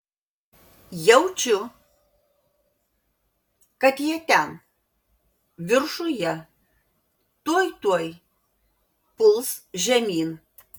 jaučiu kad jie ten viršuje tuoj tuoj puls žemyn